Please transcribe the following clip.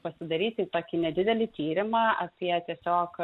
pasidaryti tokį nedidelį tyrimą apie tiesiog